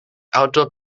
outdoor